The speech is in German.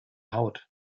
haut